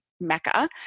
Mecca